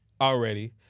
Already